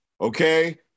okay